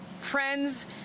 friends